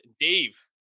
Dave